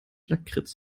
lakritz